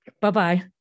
Bye-bye